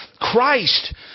Christ